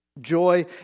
Joy